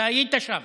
אתה היית שם,